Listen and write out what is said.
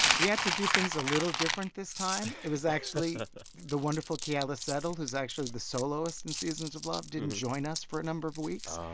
we had to do things a little different this time. it was actually the wonderful keala settle, who's actually the soloist in seasons of love, didn't join us for a number of weeks.